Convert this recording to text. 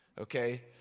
okay